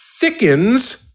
thickens